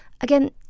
Again